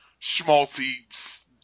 schmaltzy